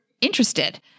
interested